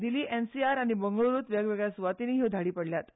Delhi NCR आनी बंगळुरूंत वेगवेगळ्या सुवातांनी ह्यो धाडी पडल्यात